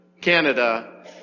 Canada